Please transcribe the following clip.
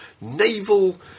naval